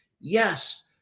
Yes